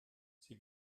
sie